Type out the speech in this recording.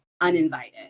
uninvited